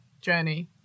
journey